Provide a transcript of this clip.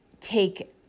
take